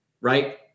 right